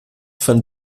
von